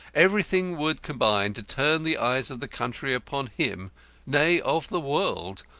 everything would combine to turn the eyes of the country upon him nay, of the world,